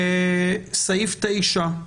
סעיף 9,